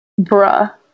bruh